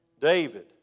David